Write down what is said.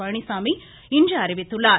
பழனிச்சாமி இன்று அறிவித்துள்ளார்